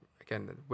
again